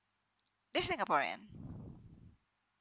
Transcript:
they're singaporean